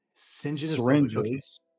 syringes